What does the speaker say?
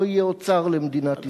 לא יהיה אוצר למדינת ישראל.